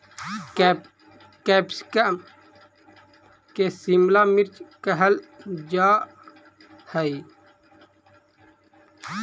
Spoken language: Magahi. कैप्सिकम के शिमला मिर्च कहल जा हइ